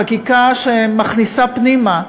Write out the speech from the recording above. חקיקה שמכניסה פנימה,